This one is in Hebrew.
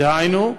דהיינו,